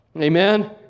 Amen